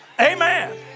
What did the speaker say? Amen